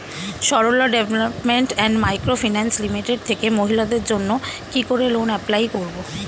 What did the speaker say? Sarala development and micro finance limited থেকে মহিলাদের জন্য কি করে লোন এপ্লাই করব?